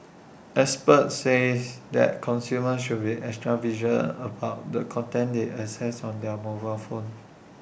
experts says that consumers should be extra vigilant about the content they access on their mobile phone